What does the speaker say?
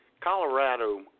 Colorado